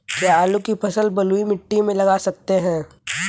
क्या आलू की फसल बलुई मिट्टी में लगा सकते हैं?